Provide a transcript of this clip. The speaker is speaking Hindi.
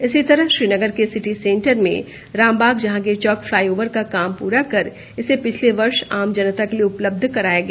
इसी तरह श्रीनगर के सिटी सेंटर में रामबाग जहांगीर चौक फ्लाइओवर का काम पूरा कर इसे पिछले वर्ष आम जनता के लिए उपलब्ध कराया गया